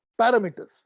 parameters